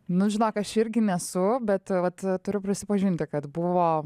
nu žinok aš irgi nesu bet vat turiu prisipažinti kad buvo